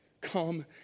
Come